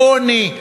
עוני,